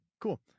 cool